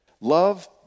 love